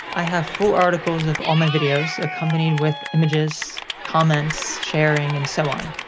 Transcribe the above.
i have full articles of all my videos, accompanied with images, comments, sharing, and so on.